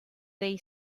they